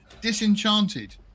Disenchanted